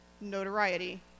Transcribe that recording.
notoriety